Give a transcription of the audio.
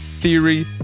Theory